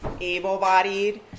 able-bodied